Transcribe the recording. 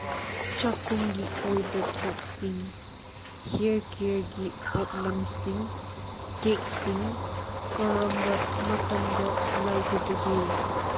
ꯆꯥꯛꯈꯨꯝꯒꯤ ꯑꯣꯏꯕ ꯄꯣꯠꯁꯤꯡ ꯍꯤꯌꯔ ꯀꯤꯌꯔꯒꯤ ꯄꯣꯠꯂꯝꯁꯤꯡ ꯀꯦꯛꯁꯤꯡ ꯀꯔꯝꯕ ꯃꯇꯝꯗ ꯂꯩꯒꯗꯒꯦ